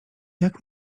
jak